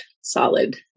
solid